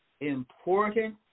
important